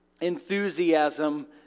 enthusiasm